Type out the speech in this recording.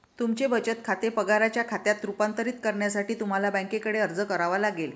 तुमचे बचत खाते पगाराच्या खात्यात रूपांतरित करण्यासाठी तुम्हाला बँकेकडे अर्ज करावा लागेल